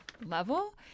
level